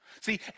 See